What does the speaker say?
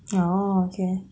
oh okay